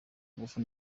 ngufu